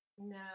No